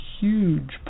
huge